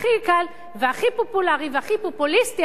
הכי קל והכי פופולרי והכי פופוליסטי,